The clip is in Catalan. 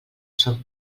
son